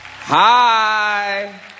Hi